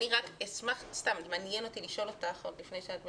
רק מעניין אותי לשאול אותך עוד לפני שאת מציגה,